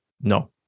no